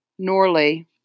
Norley